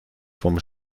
vom